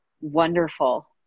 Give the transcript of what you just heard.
wonderful